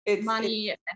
money